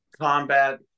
combat